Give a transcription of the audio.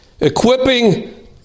equipping